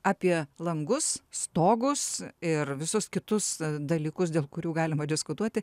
apie langus stogus ir visus kitus dalykus dėl kurių galima diskutuoti